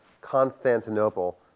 Constantinople